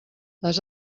les